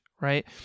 right